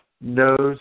knows